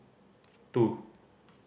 two